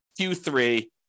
Q3